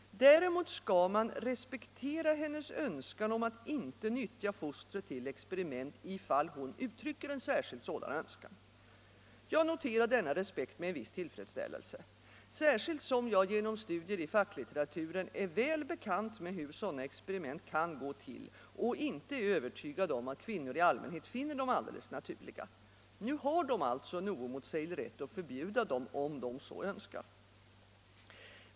Däremot skall man respektera hennes önskan om att inte nyttja fostret till experiment, ifall hon särskilt uttrycker en sådan önskan. Jag noterar denna respekt med en viss tillfredsställelse, särskilt som jag genom studier i facklitteraturen är väl bekant med hur sådana experiment kan gå till och inte är övertygad om att kvinnor i allmänhet finner dem alldeles naturliga. Nu har de alltså en oemotsäglig rätt att förbjuda dem, om de så önskar.